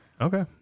Okay